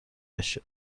بشه